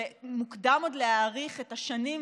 שמוקדם עוד להעריך כמה שנים,